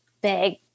big